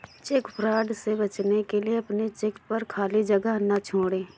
check fraud से बचने के लिए अपने चेक पर खाली जगह ना छोड़ें